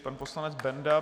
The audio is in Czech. Pan poslanec Benda.